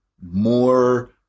more